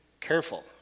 careful